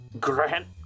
Grant